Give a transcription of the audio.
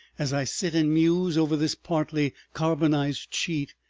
as i sit and muse over this partly carbonized sheet,